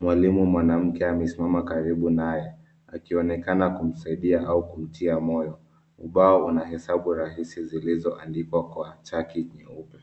Mwalimu mwanamke amesimama karibu nae. Akionekana kumsaidia au kumtia moyo. Ubao unahesabu rahisi zilizoandikwa kwa chaki nyeupe.